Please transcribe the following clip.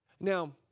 Now